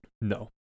No